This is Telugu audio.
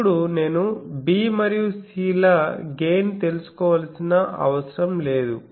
ఇప్పుడు నేను b మరియు c ల గెయిన్ తెలుసుకోవలసిన అవసరం లేదు